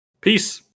Peace